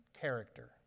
character